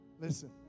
listen